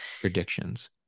Predictions